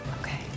Okay